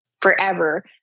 forever